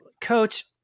Coach